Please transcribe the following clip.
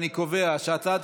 אני מצרף